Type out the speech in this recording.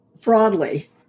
broadly